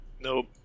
Nope